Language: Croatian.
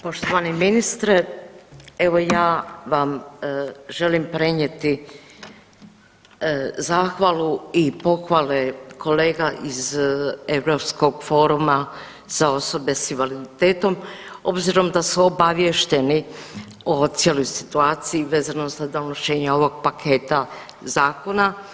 Poštovani ministre, evo ja vam želim prenijeti zahvalu i pohvale kolega iz Europskog foruma za osobe s invaliditetom obzirom da su obaviješteni o cijeloj situaciji vezano za donošenje ovog paketa zakona.